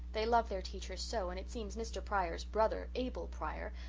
they love their teacher so, and it seems mr. pryor's brother, abel pryor,